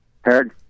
heard